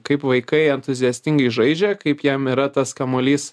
kaip vaikai entuziastingai žaidžia kaip jiem yra tas kamuolys